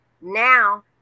Now